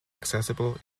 accessible